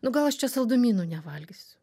nu gal aš čia saldumynų nevalgysiu